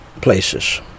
places